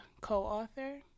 co-author